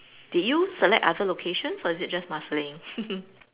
did you select other locations or is it just Marsiling